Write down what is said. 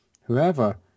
whoever